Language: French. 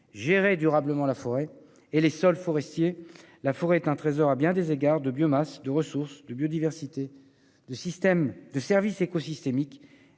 gérer durablement la forêt et les sols forestiers. La forêt est un trésor à bien des égards : biomasse, ressources, biodiversité, services écosystémiques,